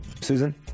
Susan